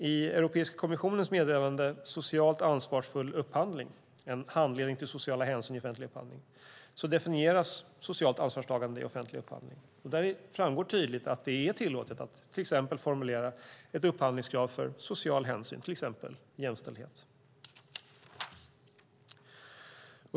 I Europeiska kommissionens meddelande Socialt ansvarsfull upphandling - En handledning till sociala hänsyn i offentlig upphandling definieras socialt ansvarstagande i offentlig upphandling. Där framgår tydligt att det är tillåtet att till exempel formulera ett upphandlingskrav när det gäller sociala hänsyn, till exempel jämställdhet.